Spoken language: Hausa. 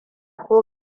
ko